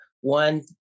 one